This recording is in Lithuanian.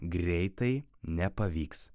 greitai nepavyks